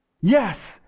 yes